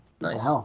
Nice